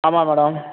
ஆமாம் மேடம்